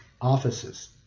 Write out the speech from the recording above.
offices